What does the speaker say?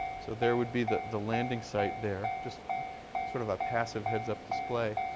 so there would be that the landing site there, just sort of a passive heads-up display.